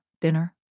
dinner